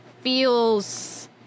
feels